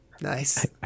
nice